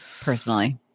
personally